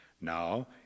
Now